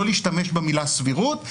לא להשתמש במילה סבירות,